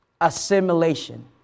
Assimilation